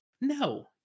no